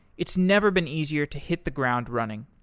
it's never been easier to hit the ground running.